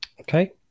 Okay